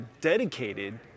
dedicated